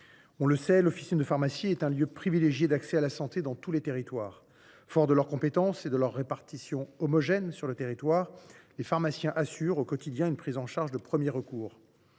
On le sait : l’officine de pharmacie est un lieu privilégié d’accès à la santé, dans tous les territoires. Forts de leurs compétences et de leur répartition homogène à travers le pays, les pharmaciens assurent au quotidien une prise en charge de premier recours.